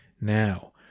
Now